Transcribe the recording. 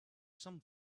some